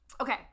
Okay